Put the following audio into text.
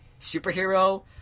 superhero